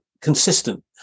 consistent